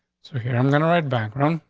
so here, i'm gonna write bank run.